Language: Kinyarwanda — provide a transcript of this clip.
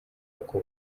uko